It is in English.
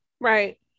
Right